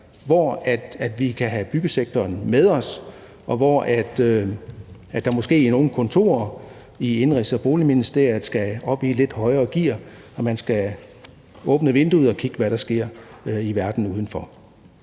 hvor vi kan have byggesektoren med os, og hvor der måske er nogle kontorer i Indenrigs- og Boligministeriet, der skal op i et lidt højere gear, og hvor man skal åbne vinduet og kigge på, hvad der sker i verden udenfor.